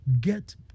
get